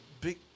Big